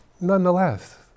Nonetheless